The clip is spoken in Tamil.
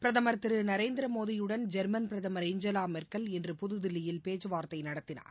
பிரதமர் திரு நரேந்திரமோடியுடன் ஜெர்மன் பிரதமர் ஏஞ்சலா மெர்க்கல் இன்று புதுதில்லியில் பேச்சு வார்த்தை நடத்தினார்